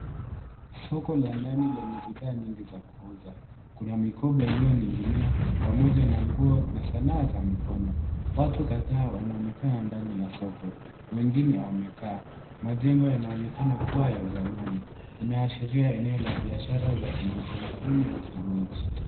Soko la ndani lenye bidhaa nyingi za kuuza. Kuna mikoba iliyoning'inia pamoja na nguo na sanaa za mikono. Watu kadhaa wanaonekana ndani ya soko. Wengine wamekaa. Majengo yanaonekana kua ya zamani. Inaashiria eneo la biashara za kitamaduni au kienyeji.